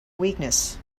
weakness